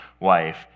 wife